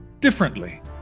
differently